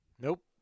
Nope